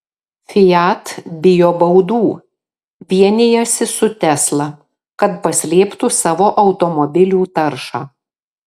fiat bijo baudų vienijasi su tesla kad paslėptų savo automobilių taršą